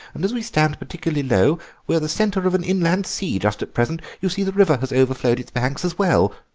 and as we stand particularly low we're the centre of an inland sea just at present. you see the river has overflowed its banks as well.